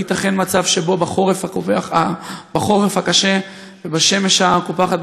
לא ייתכן מצב שבו בחורף הקשה ובשמש הקופחת